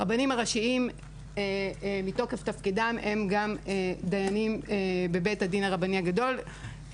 הרבנים הראשיים מתוקף תפקידם הם גם דיינים בבית הדין הרבני הגדול,